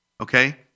Okay